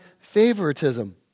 favoritism